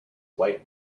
white